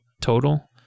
total